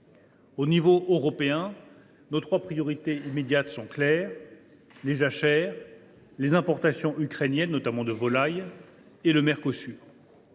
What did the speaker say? l’échelle européenne, nos trois priorités immédiates sont bien définies : les jachères, les importations ukrainiennes – notamment de volailles – et le Mercosur.